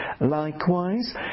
Likewise